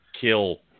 kill